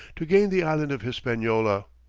to gain the island of hispaniola,